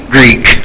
Greek